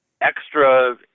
extra